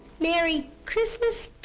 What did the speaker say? merry christmas